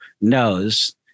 knows